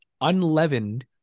unleavened